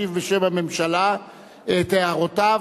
להשיב בשם הממשלה את הערותיו.